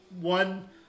one